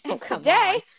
today